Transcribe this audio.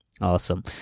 awesome